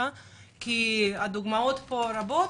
כי הדוגמאות רבות.